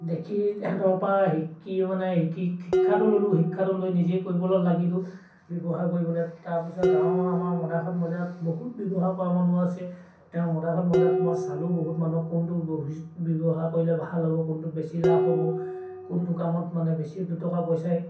দেখি তাহাঁতৰ পৰা শিকি মানে শিকি শিক্ষাটো ল'লোঁ শিক্ষাটো লৈ নিজেই কৰিবলৈ লাগিলোঁ ব্যৱহাৰ কৰিবলে তাৰপিছত গাঁৱৰ আমাৰ মদাসত মজিয়াত বহুত ব্যৱহাৰ কৰা মানুহ আছে তেওঁ মদাখত মজিয়াত মই চালোঁ বহুত মানুহক কোনটো ব্যৱহাৰ কৰিলে ভাল হ'ব কোনটোত বেছি লাভ হ'ব কোনটো কামত মানে বেছি দুটকা পইচাই